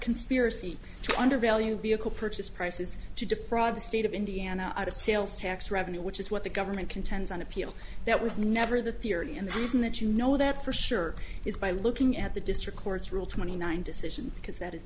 conspiracy to undervalue vehicle purchase prices to defraud the state of indiana sales tax revenue which is what the government contends on appeal that was never the theory and the reason that you know that for sure is by looking at the district courts rule twenty nine decision because that is